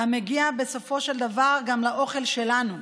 ומגיע בסופו של דבר גם לאוכל שלנו.